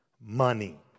Money